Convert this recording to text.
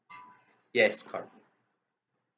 yes correct